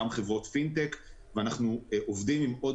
גם חברות פינטק ואנחנו עובדים עם עוד